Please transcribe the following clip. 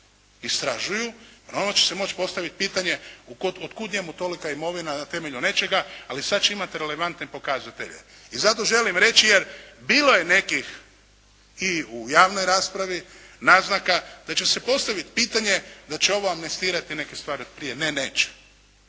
istražuju normalno da će moći postaviti pitanje otkud njemu tolika imovina na temelju nečega, ali sad će imati relevantne pokazatelje. I zato želim reći, jer bilo je nekih i u javnoj raspravi naznaka da će se postaviti pitanje da će ovo amnestirati neke stvari otprije. Ne, neće.